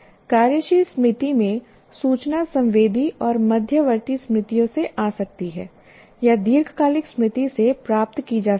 कार्यशील स्मृति में सूचना संवेदी और मध्यवर्ती स्मृतियों से आ सकती है या दीर्घकालिक स्मृति से प्राप्त की जा सकती है